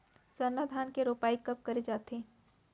सरना धान के रोपाई कब करे जाथे?